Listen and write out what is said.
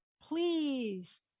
please